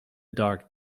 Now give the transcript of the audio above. dark